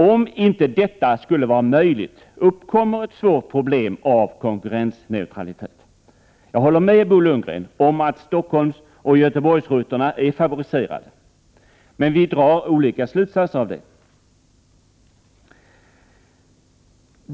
Om inte detta skulle vara möjligt, uppkommer ett svårt problem i fråga om konkurrensneutralitet. Jag håller med Bo Lundgren om att Stockholmsoch Göteborgsrutterna är favoriserade. Men vi drar olika slutsatser av det.